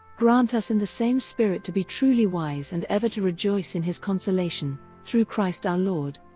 grant us in the same spirit to be truly wise and ever to rejoice in his consolation through christ our lord.